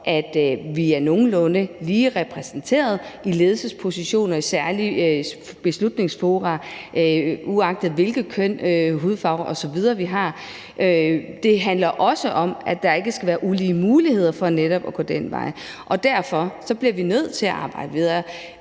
at vi er nogenlunde ligeligt repræsenteret i ledelsespositioner og særlige beslutningsfora, uagtet hvilket køn, hvilken hudfarve osv. vi har. Det handler også om, at der ikke skal være ulige muligheder for netop at gå den vej. Derfor bliver vi nødt til at arbejde videre.